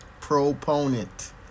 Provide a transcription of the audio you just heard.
proponent